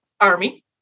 army